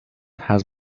has